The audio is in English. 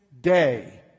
day